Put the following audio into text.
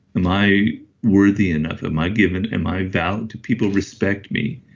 i'm i worthy enough? i'm i given, i'm i vowed, do people respect me?